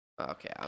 Okay